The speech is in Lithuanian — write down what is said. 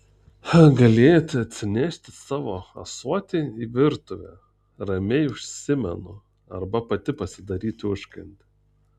galėjote atsinešti savo ąsotį į virtuvę ramiai užsimenu arba pati pasidaryti užkandį